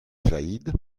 said